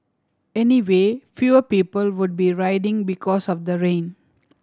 anyway fewer people would be riding because of the rain